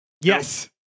Yes